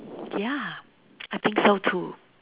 ya I think so too